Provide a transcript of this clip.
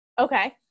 Okay